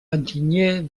enginyer